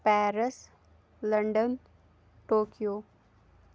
Paris London Tokyo